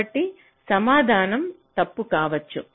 కాబట్టి సమాధానం తప్పు కావచ్చు